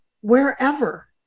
wherever